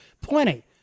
plenty